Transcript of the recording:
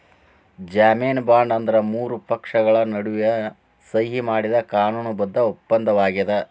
ಜಾಮೇನು ಬಾಂಡ್ ಅಂದ್ರ ಮೂರು ಪಕ್ಷಗಳ ನಡುವ ಸಹಿ ಮಾಡಿದ ಕಾನೂನು ಬದ್ಧ ಒಪ್ಪಂದಾಗ್ಯದ